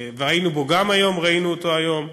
והיינו גם בו היום, ראינו אותו היום,